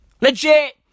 Legit